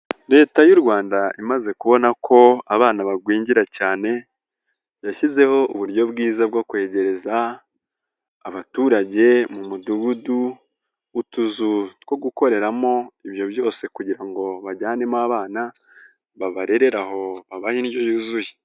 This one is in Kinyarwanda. Leta y'u rwanda imaze kubona ko abana bagwingira cyane, yashyizeho uburyo bwiza bwo kwegereza abaturage mu mudugudu utuzu two gukoreramo ibyo byose kugira ngo bajyanemo abana babarere aho babaha indyo yuzuye.